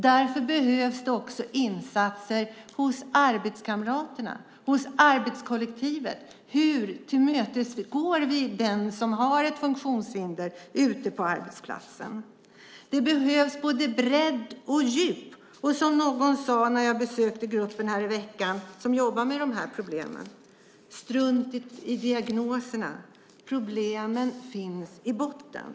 Därför behövs det också insatser hos arbetskamraterna, hos arbetskollektivet. Hur tillmötesgår vi ute på arbetsplatsen den som har ett funktionshinder? Det behövs både bredd och djup, och som någon sade när jag besökte gruppen här i veckan som jobbar med de här problemen: Strunt i diagnoserna! Problemen finns i botten.